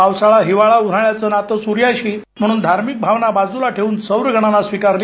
पावसाळा हिवाळा उन्हाळ्याचं नातं सूर्याशी म्हणून धार्मिक भावना बाजूला ठेऊन सौर गणना स्वीकारली